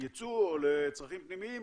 ייצוא או לצרכים פנימיים,